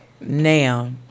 Now